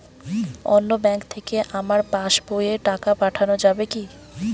অন্য ব্যাঙ্ক থেকে আমার পাশবইয়ে টাকা পাঠানো যাবে কি?